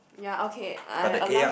yea okay I